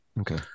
Okay